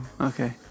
okay